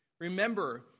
remember